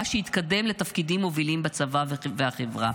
שיתקדם לתפקידים מובילים בצבא ובחברה".